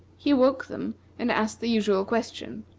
he awoke them and asked the usual question.